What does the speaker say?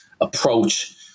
approach